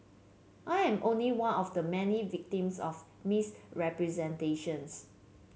I am only one of many victims of misrepresentations